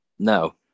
No